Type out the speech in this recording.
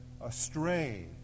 astray